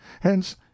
hence